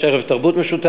הערב יש ערב תרבות משותף.